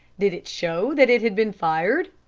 did it show that it had been fired?